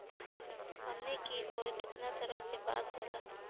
हमनी कियोर कितना तरह के बांस होला